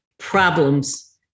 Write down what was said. problems